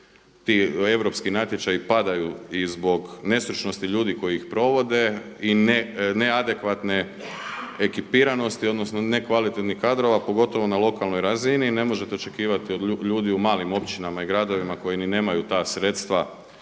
ti europski natječaji padaju i zbog nestručnosti ljudi koji ih provode i neadekvatne ekipiranosti odnosno nekvalitetnih kadrova pogotovo na lokalnoj razini i ne možete očekivati od ljudi u malim općinama i gradovima koji ni nemaju ta sredstva